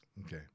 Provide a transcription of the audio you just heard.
Okay